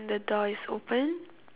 the door is open